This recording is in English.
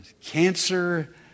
cancer